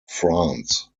france